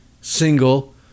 single